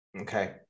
Okay